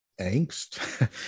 angst